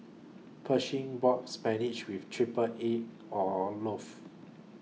Pershing bought Spinach with Triple Egg Olaf